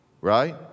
Right